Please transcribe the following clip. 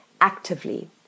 actively